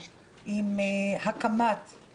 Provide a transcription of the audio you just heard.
עם הייעוץ המשפטי שלנו,